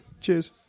Cheers